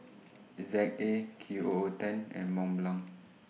Z A Q O O ten and Mont Blanc